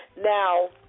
Now